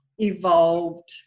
evolved